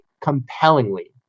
compellingly